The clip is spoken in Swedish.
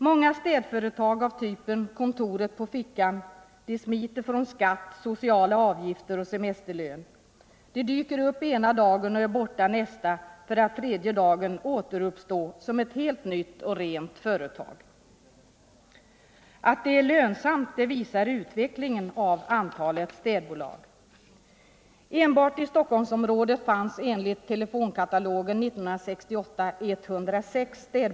Många städföretag är av typen ”kontoret på fickan”, med ägare som smiter från skatt, sociala avgifter och semesterlön. Företagen dyker upp ena dagen och är borta den nästa, för att tredje dagen återuppstå som ett helt nytt och rent företag. Att det är lönsamt visar utvecklingen av antalet städbolag. Enbart i Stockholmsområdet fanns det enligt telefonkatalogen 106 städbolag år 1968.